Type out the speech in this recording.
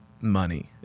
money